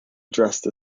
addressed